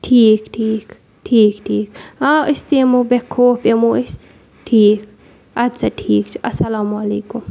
ٹھیٖک ٹھیٖک ٹھیٖک ٹھیٖک آ أسۍ تہِ یِمو بےخوف یِمو أسۍ ٹھیٖک اَدٕ سا ٹھیٖک چھِ اَسَلامُ علیکُم